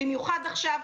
במיוחד עכשיו,